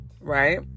right